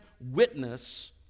witness